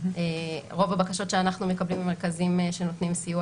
רוב הבקשות שאנחנו מקבלים ממרכזים שנותנים סיוע